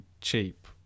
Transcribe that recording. cheap